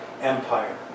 empire